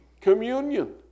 communion